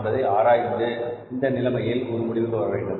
என்பதை ஆராய்ந்து இந்த நிலைமைக்கு ஒரு முடிவுக்கு வரவேண்டும்